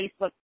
Facebook